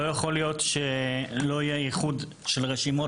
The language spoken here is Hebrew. לא יכול להיות שלא יהיה איחוד של רשימות